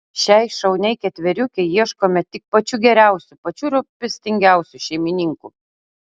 šiai šauniai ketveriukei ieškome tik pačių geriausių pačių rūpestingiausių šeimininkų